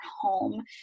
home